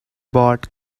bought